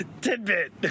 Tidbit